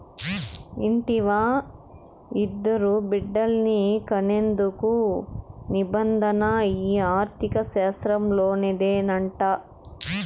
ఇంటివా, ఇద్దరు బిడ్డల్ని కనేందుకు నిబంధన ఈ ఆర్థిక శాస్త్రంలోనిదేనంట